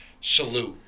salute